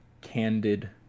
candid